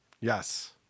Yes